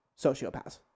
sociopaths